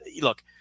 look